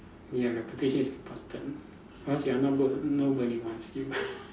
ya reputation is important or else you're not good nobody wants you